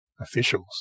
officials